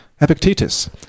Epictetus